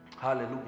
Hallelujah